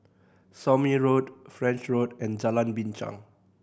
Somme Road French Road and Jalan Binchang